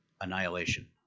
annihilation